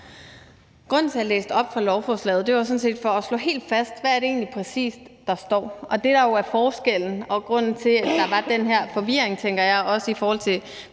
Grunden til, at jeg læste op fra lovforslaget, var sådan set for at slå helt fast, hvad det egentlig er, der præcis står. Forskellen dér og grunden til, at der var den her forvirring, også i forhold til